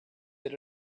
that